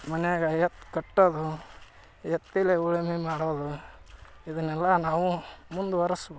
ಮನೆಯಾಗೆ ಎತ್ತು ಕಟ್ಟೋದು ಎತ್ತಲ್ಲೇ ಉಳುಮೆ ಮಾಡೋದು ಇದನ್ನೆಲ್ಲ ನಾವು ಮುಂದುವರೆಸ್ಬೇಕು